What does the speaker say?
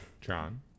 John